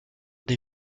des